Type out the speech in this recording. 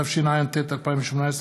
התשע"ט 2018,